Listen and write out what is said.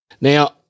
Now